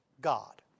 God